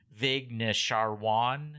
Vignesharwan